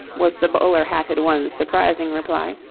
was the bowler-hatted one's surprising reply.